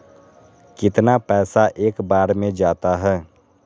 कितना पैसा एक बार में जाता है?